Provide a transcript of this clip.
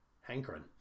hankering